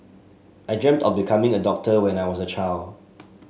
I dreamt of becoming a doctor when I was a child